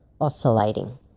Oscillating